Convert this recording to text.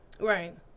Right